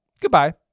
Goodbye